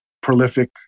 prolific